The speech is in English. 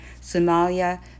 Somalia